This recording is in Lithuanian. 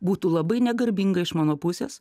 būtų labai negarbinga iš mano pusės